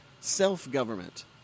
self-government